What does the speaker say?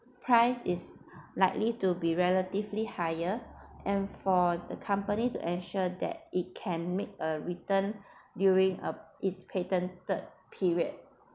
price is likely to be relatively higher and for the company to ensure that it can make a return during uh its patented period